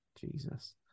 Jesus